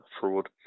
fraud